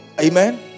Amen